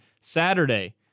Saturday